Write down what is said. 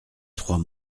trois